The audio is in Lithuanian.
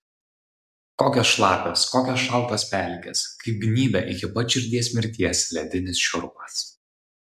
kokios šlapios kokios šaltos pelkės kaip gnybia iki pat širdies mirties ledinis šiurpas